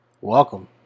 welcome